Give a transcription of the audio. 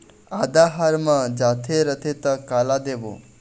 आदा हर मर जाथे रथे त काला देबो?